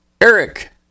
Eric